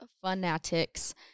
fanatics